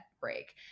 break